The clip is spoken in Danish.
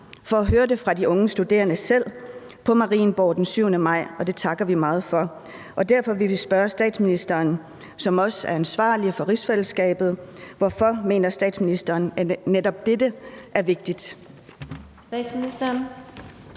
og høre det fra de unge studerende selv, og det takker vi meget for. Derfor vil vi spørge statsministeren, som også er ansvarlig for rigsfællesskabet: Hvorfor mener statsministeren, at netop dette er vigtigt? Kl.